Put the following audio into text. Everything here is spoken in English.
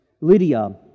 Lydia